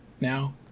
now